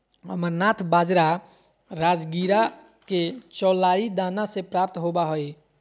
amaranth बाजरा राजगिरा के चौलाई दाना से प्राप्त होबा हइ